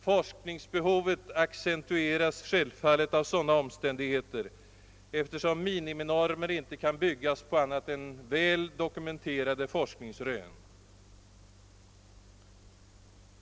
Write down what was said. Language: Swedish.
Forskningsbehovet accentueras självfallet av sådana omständigheter, eftersom miniminormer inte kan byggas på annat än väl dokumenterade forskningsrön.